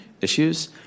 issues